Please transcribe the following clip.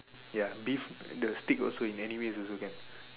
ya beef the steak also in any ways also can